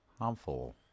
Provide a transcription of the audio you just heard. harmful